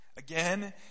Again